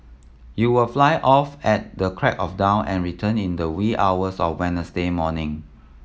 you will fly off at the crack of dawn and return in the wee hours of Wednesday morning